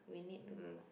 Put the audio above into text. we need to go